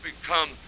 become